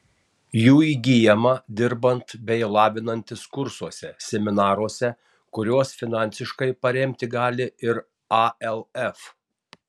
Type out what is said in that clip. jų įgyjama dirbant bei lavinantis kursuose seminaruose kuriuos finansiškai paremti gali ir alf